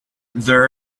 there